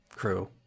crew